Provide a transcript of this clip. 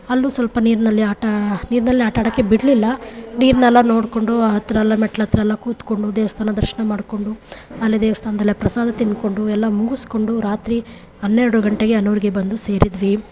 ಅಲ್ಲೂ ಸ್ವಲ್ಪ ನೀರಿನಲ್ಲಿ ಆಟ ನೀರಿನಲ್ಲಿ ಆಟ ಆಡೋಕೆ ಬಿಡಲಿಲ್ಲ ನೀರನ್ನೆಲ್ಲ ನೋಡಿಕೊಂಡು ಆ ಥರ ಎಲ್ಲ ಮೆಟ್ಲ ಹತ್ರ ಎಲ್ಲ ಕೂತ್ಕೊಂಡು ದೇವಸ್ಥಾನ ದರ್ಶನ ಮಾಡಿಕೊಂಡು ಅಲ್ಲೇ ದೇವಸ್ಥಾನದಲ್ಲೇ ಪ್ರಸಾದ ತಿಂದ್ಕೊಂಡು ಎಲ್ಲ ಮುಗಿಸ್ಕೊಂಡು ರಾತ್ರಿ ಹನ್ನೆರಡು ಗಂಟೆಗೆ ಹನೂರಿಗೆ ಬಂದು ಸೇರಿದ್ವಿ